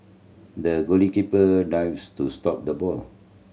the goalkeeper dives to stop the ball